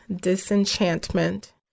disenchantment